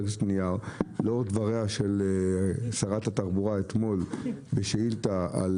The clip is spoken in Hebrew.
לאור דבריה של שרת התחבורה אתמול בשאילתה על